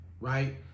Right